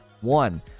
one